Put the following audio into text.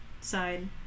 side